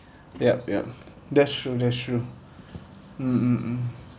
yup yup that's true that's true mm mm mm